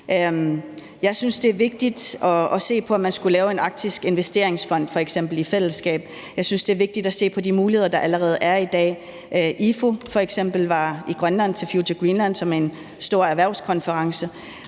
Jeg synes, det er vigtigt at se på, om man skulle lave en arktisk investeringsfond, f.eks. i fællesskab. Jeg synes, det er vigtigt, at se på de muligheder, der allerede er i dag. F.eks. var EIFO i Grønland til Future Greenland, som er en stor erhvervskonference,